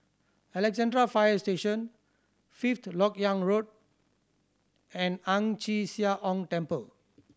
Alexandra Fire Station Fifth Lok Yang Road and Ang Chee Sia Ong Temple